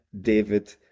David